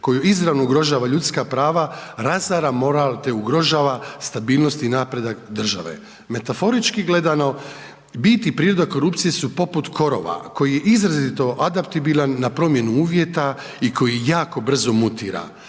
koja izravno ugrožava ljudska prava, razara moral te ugrožava stabilnosti i napredak države. Metaforički gledano, biti i priroda korupcija su poput korova, koja izrazito adaptabilan na promijeni uvjeta, i koji jako brzo mutira.